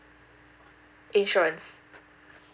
insurance